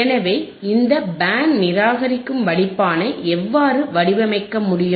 எனவே இந்த பேண்ட் நிராகரிக்கும் வடிப்பானை எவ்வாறு வடிவமைக்க முடியும்